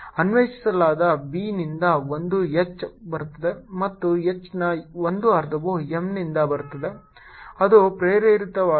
ಅನ್ವಯಿಸಲಾದ B ನಿಂದ 1 H ಬರುತ್ತದೆ ಮತ್ತು H ನ 1 ಅರ್ಧವು M ನಿಂದ ಬರುತ್ತದೆ ಅದು ಪ್ರೇರಿತವಾಗಿದೆ